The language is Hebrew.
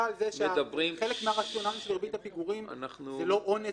זה שחלק מהרציונלים של ריבית הפיגורים זה לא עונש,